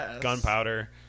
gunpowder